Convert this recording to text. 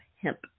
hemp